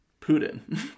putin